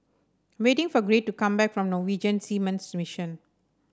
I'm waiting for Gray to come back from Norwegian Seamen's Mission